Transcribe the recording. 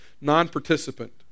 non-participant